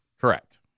Correct